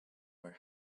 were